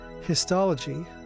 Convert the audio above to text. histology